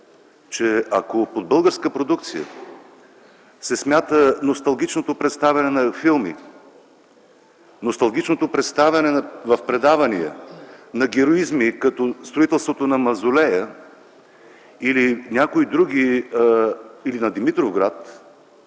че ако под българска продукция се смята носталгичното представяне на филми, носталгичното представяне в предавания на героизми като строителството на мавзолея или на Димитровград,